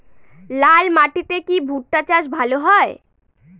লাল মাটিতে কি ভুট্টা চাষ ভালো হয়?